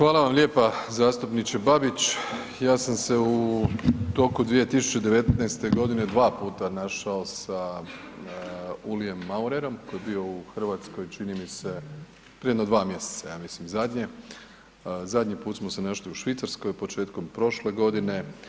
Hvala vam lijepa zastupniče Babić, ja sam se u toku 2019. godine 2 puta našao sa Ueli Maurerom koji je bio u Hrvatskoj čini mi se prije jedno 2 mjeseca ja mislim zadnje, zadnji put smo se našli u Švicarskoj početkom prošle godine.